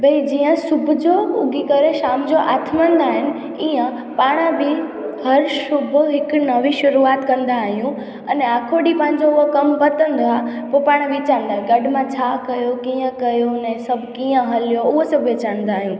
भई जीअं सुबुह जो उगी करे शाम जो आथमंदा आहिनि ईअं पाण बि हर सुबुह हिकु नईं शुरूआति कंदा आहियूं अने अखो ॾींहुं पंहिंजो कमु पतंदो आहे पोइ पाण वीचारींदा गॾु मां छा कयो कीअं कयो ने सभु कीअं हलियो उअ सभु वीचारींदा आहियूं